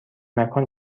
مکان